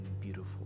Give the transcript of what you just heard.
beautiful